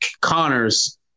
Connor's